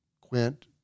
Quint